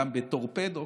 גם בטורפדו,